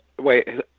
wait